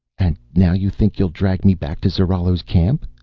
and now you think you'll drag me back to zarallo's camp?